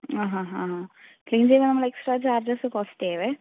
ആ ഹാ ഹാ ക്ലീൻ ചെയ്യാൻ നമ്മൾ എക്സ്ട്രാ ചാർജസ് കോസ്റ്റ് ചെയ്യുമേ